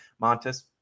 Montes